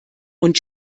und